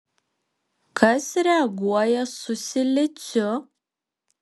kas reaguoja su siliciu